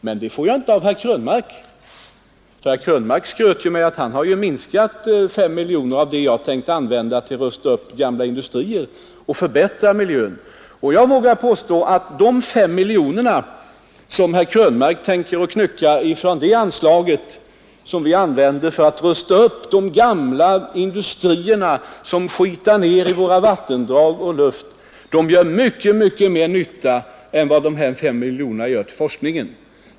Men det får jag ju inte av herr Krönmark, för herr Krönmark skröt ju med att han minskat fem miljoner av det anslag jag hade tänkt använda till att rusta upp gamla industrier och förbättra miljön. Jag vågar påstå att de fem miljoner som herr Krönmark tänker ”knycka” från det anslag, som jag tänkt använda för att rusta upp de gamla industrier som smutsar ner våra vattendrag och vår luft, gör mycket större nytta där än vad de gör för forskningen.